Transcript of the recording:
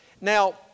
Now